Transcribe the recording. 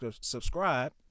subscribe